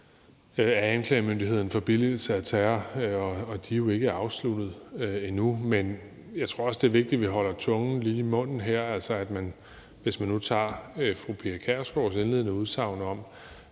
de er jo ikke afsluttet endnu, men jeg tror også, at det er vigtigt, at vi holder tungen lige i munden her. Hvis nu man tager fru Pia Kjærsgaards indledende udsagn om